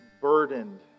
burdened